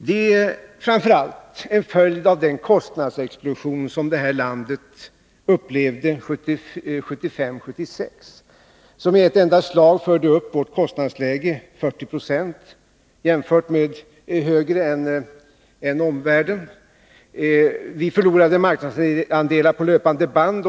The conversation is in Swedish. De är framför allt en följd av den kostnadsexplosion som landet upplevde 1975 och 1976, som i ett enda slag förde upp vårt kostnadsläge 40 9o över omvärldens. Vi förlorade marknadsandelar på löpande band.